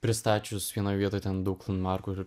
pristačius vienoj vietoj ten daug landmarkų ir